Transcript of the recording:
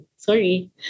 Sorry